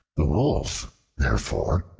the wolf therefore,